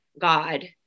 God